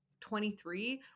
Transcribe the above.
23